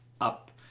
up